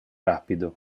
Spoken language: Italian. rapido